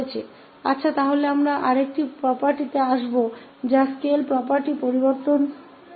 ठीक है इसलिए हम एक और प्रॉपर्टी पर आएंगे जो कि चेंज ऑफ़ स्केल प्रॉपर्टी है है